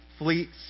Fleets